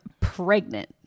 pregnant